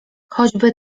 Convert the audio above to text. choćby